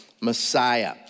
Messiah